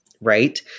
right